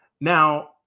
Now